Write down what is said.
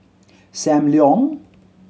Sam Leong